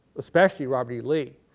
especially robert e. lee.